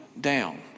down